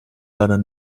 leider